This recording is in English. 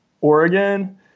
Oregon